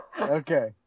Okay